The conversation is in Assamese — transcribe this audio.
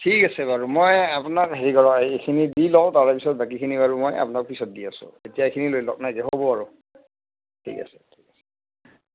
ঠিক আছে বাৰু মই আপোনাক হেৰি কৰোঁ এই কিনি দি লওঁ তাৰপাছত বাকীখিনি বাৰু মই আপোনাক পিছত দি আছোঁ এতিয়া এইখিনি লৈ লওক নে হ'ব আৰু ঠিক আছে